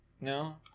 No